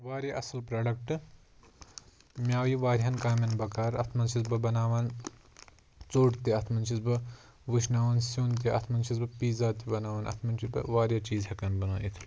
واریاہ اصٕل پرٛوڈَکٹہٕ مےٚ آو یہِ واریاہَن کامیٚن بَکار اَتھ منٛز چھُس بہٕ بَناوان ژوٚٹ تہِ اَتھ منٛز چھُس بہٕ وُشناوان سیُن تہِ اَتھ منٛز چھُس بہٕ پیٖزا تہِ بَناوان اَتھ منٛز چھُس بہٕ واریاہ چیٖز ہیٚکان بَنٲیِتھ